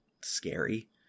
scary